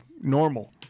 normal